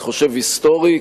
אני חושב היסטורי,